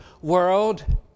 world